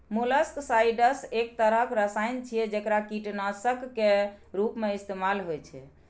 molluscicides एक तरहक रसायन छियै, जेकरा कीटनाशक के रूप मे इस्तेमाल होइ छै